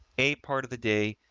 a part of the day,